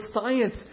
science